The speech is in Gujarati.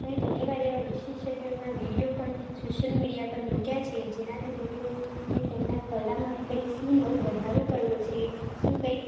મેં ઘણીવાર એવા વિશેષજ્ઞોના વિડીયો પણ સોશ્યલ મીડિયા પર મૂક્યા છે જેનાથી લોકોને તેમનાં કલામાં કંઇક શું નવો વધારો કરવો છે શું કંઇક